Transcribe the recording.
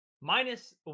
Minus